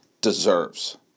deserves